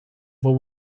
vou